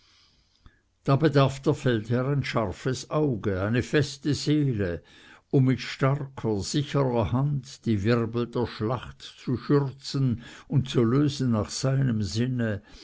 da bedarf der feldherr ein scharfes auge eine feste seele um mit starker sicherer hand die wirbel der schlacht zu schürzen und zu lösen nach seinem sinne